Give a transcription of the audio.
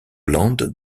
land